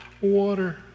water